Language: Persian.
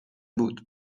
بود